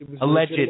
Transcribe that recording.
alleged